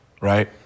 right